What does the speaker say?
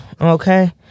Okay